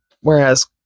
whereas